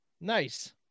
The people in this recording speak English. nice